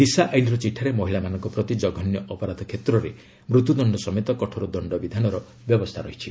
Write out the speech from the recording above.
ଦିଶା ଆଇନ୍ର ଚିଠାରେ ମହିଳାମାନଙ୍କ ପ୍ରତି ଜଘନ୍ୟ ଅପରାଧ କ୍ଷେତ୍ରରେ ମୃତ୍ୟୁଦଶ୍ଡ ସମେତ କଠୋର ଦଶ୍ଚବିଧାନର ବ୍ୟବସ୍ଥା ରହିଛି